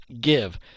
Give